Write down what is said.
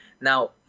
Now